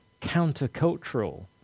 countercultural